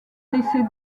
laissé